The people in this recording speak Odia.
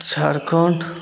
ଝାରଖଣ୍ଡ